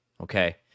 Okay